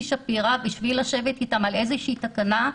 שפירא כדי לשבת איתם על איזושהי תקנה.